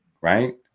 right